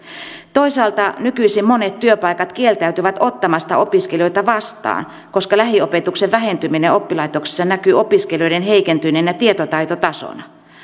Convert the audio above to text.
toisaalta nykyisin monet työpaikat kieltäytyvät ottamasta opiskelijoita vastaan koska lähiopetuksen vähentyminen oppilaitoksissa näkyy opiskelijoiden heikentyneenä tietotaitotasona